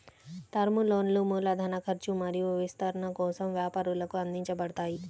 term లోన్లు మూలధన ఖర్చు మరియు విస్తరణ కోసం వ్యాపారాలకు అందించబడతాయి